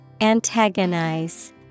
Antagonize